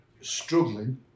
struggling